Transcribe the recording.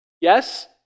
Yes